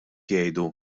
jgħidu